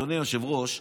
אדוני היושב-ראש,